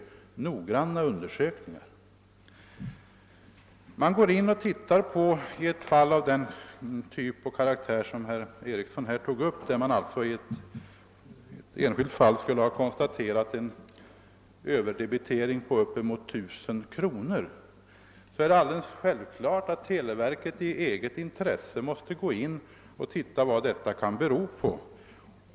noggranna undersökningar. Man tittar alltså på ett fall av den typ och karaktär som herr Eriksson här tog upp, där man skulle ha konstaterat en överdebitering på upp emot 1000 kronor. Det är självklart att televerket i eget intresse måste ta reda på vad detta kan bero på.